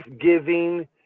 giving